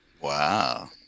Wow